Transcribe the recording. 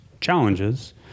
challenges